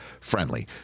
friendly